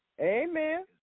Amen